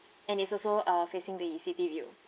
and it's also uh facing the city view